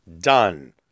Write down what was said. Done